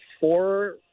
four